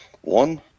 One